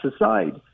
aside